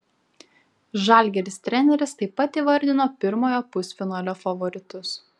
žalgiris treneris taip pat įvardino pirmojo pusfinalio favoritus